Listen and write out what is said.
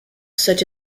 such